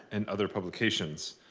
and other publications.